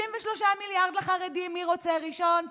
53 מיליארד לחרדים, מי רוצה ראשון?